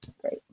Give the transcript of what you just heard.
Great